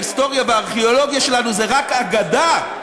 ההיסטוריה והארכיאולוגיה שלנו הם רק אגדה,